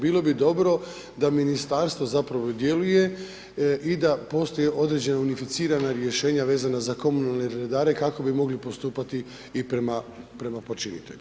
Bilo bi dobro da ministarstvo zapravo djeluje i da postoje određena unificirana rješenja vezana za komunalne redare kako bi mogli postupati i prema počiniteljima.